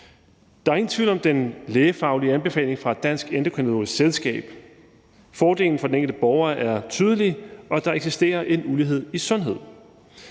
Der er ingen tvivl om den lægefaglige anbefaling fra Dansk Endokrinologisk Selskab. Fordelen for den enkelte borger er tydelig, og der eksisterer en ulighed i sundhed.